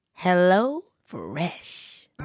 HelloFresh